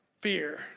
fear